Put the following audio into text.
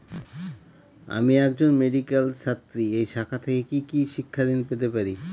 আমি একজন মেডিক্যাল ছাত্রী এই শাখা থেকে কি শিক্ষাঋণ পেতে পারি?